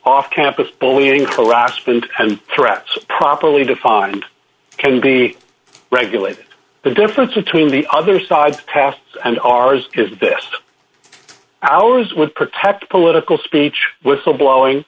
off campus bullying harassment and threats properly defined can be regulated the difference between the other side's pasts and ours is this ours with protect political speech whistle blowing